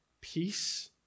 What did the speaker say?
peace